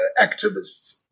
activists